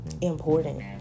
important